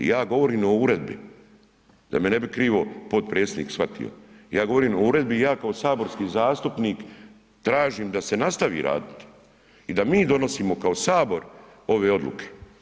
I ja govorim o uredbi, da me ne bi krivo potpredsjednik shvatio, ja govorim o uredbi i ja kao saborski zastupnik tražim da se nastavi raditi i da mi donosimo kao sabor ove odluke.